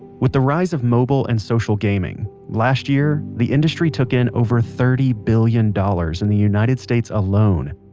with the rise of mobile and social gaming, last year the industry took in over thirty billion dollars in the united states alone.